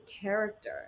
character